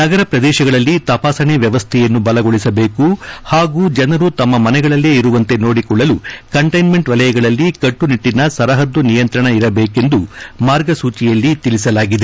ನಗರ ಪ್ರದೇಶಗಳಲ್ಲಿ ತಪಾಸಣೆ ವ್ಲವಸ್ಥೆಯನ್ನು ಬಲಗೊಳಿಸಬೇಕು ಹಾಗೂ ಜನರು ತಮ್ಮ ಮನೆಗಳಲ್ಲೇ ಇರುವಂತೆ ನೋಡಿಕೊಳ್ಳಲು ಕಂಟ್ಲೆನ್ಮೆಂಟ್ ವಲಯಗಳಲ್ಲಿ ಕಟ್ಪುನಿಟ್ಟನ ಸರಹದ್ದು ನಿಯಂತ್ರಣ ಇರಬೇಕೆಂದು ಮಾರ್ಗಸೂಚಿಯಲ್ಲಿ ತಿಳಿಸಲಾಗಿದೆ